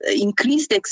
increased